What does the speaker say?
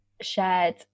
shared